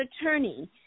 attorney